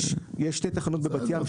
בסדר.